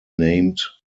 named